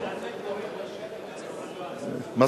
על זה אומרים: לשקר אין רגליים.